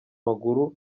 maguru